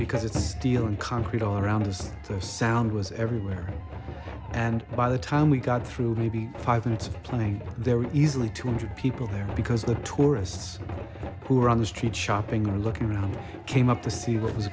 because it's steel and concrete all around us the sound was everywhere and by the time we got through maybe five minutes of playing there were easily two hundred people there because the tourists who are on the street shopping or looking came up to see what was